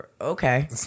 okay